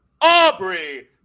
Aubrey